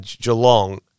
Geelong